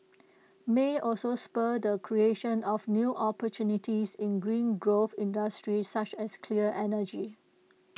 may also spur the creation of new opportunities in green growth industries such as cleaner energy